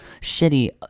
shitty